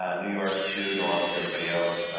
ah new york suit along with everybody else.